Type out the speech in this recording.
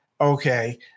okay